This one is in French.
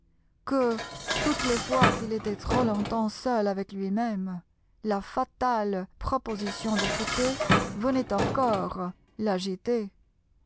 que toutes les fois qu'il était trop longtemps seul avec lui-même la fatale proposition de fouqué venait encore